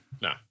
no